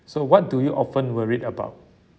so what do you often worried about